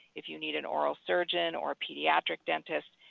if you need an oral surgeon or pediatric dentist.